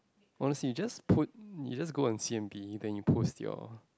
honestly you just put you just go on c_m_b then you post your